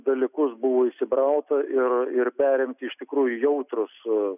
dalykus buvo įsibrauta ir ir perimti iš tikrųjų jautrūs